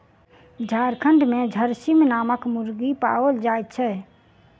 झारखंड मे झरसीम नामक मुर्गी पाओल जाइत छै